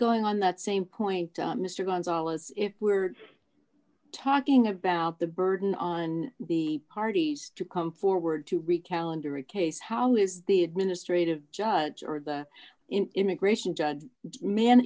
going on that same point mr gonzales if we're talking about the burden on the parties to come forward to recalibrate case how is the administrative judge or the immigration judge man